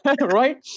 right